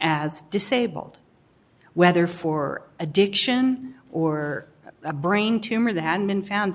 as disabled whether for addiction or a brain tumor that had been found